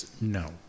no